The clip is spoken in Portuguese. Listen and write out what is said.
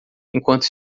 enquanto